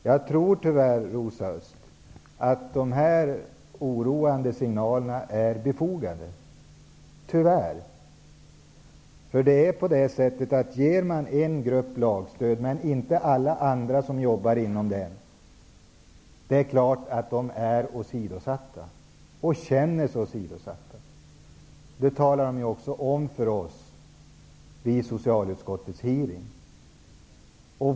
Jag tror, Rosa Östh, att de oroande signalerna tyvärr är befogade. Ger man en grupp lagstöd men inte alla andra som arbetar inom samma område, känner man sig naturligtvis åsidosatt. Det talade man också om för oss vid socialutskottets hearing.